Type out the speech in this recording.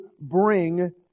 bring